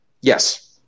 Yes